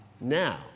now